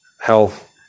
health